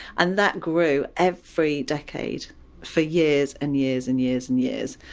and that grew every decade for years and years and years and years